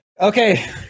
Okay